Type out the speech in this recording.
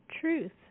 truth